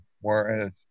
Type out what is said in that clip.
Whereas